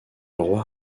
roi